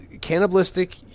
cannibalistic